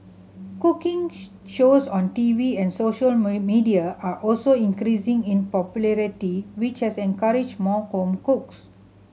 cooking shows on TV and social media are also increasing in popularity which has encouraged more home cooks